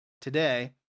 today